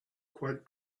quite